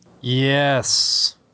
Yes